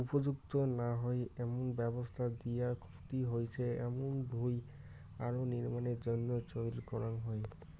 উপযুক্ত না হই এমন ব্যবস্থা দিয়া ক্ষতি হইচে এমুন ভুঁই আরো নির্মাণের জইন্যে চইল করাঙ হই